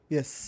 Yes